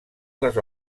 les